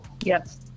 yes